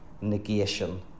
negation